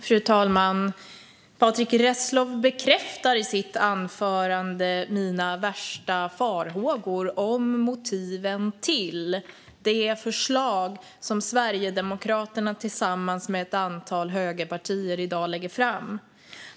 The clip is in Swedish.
Fru talman! Patrick Reslow bekräftar i sitt anförande mina värsta farhågor om motiven till det förslag som Sverigedemokraterna tillsammans med ett antal högerpartier lägger fram i dag.